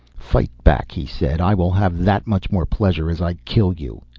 fight back, he said, i will have that much more pleasure as i kill you.